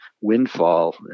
windfall